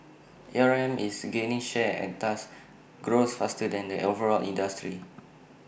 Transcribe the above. A R M is gaining share and thus grows faster than the overall industry